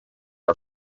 are